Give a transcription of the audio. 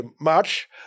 March